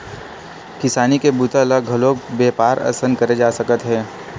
किसानी के बूता ल घलोक बेपार असन करे जा सकत हे